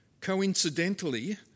Coincidentally